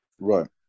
right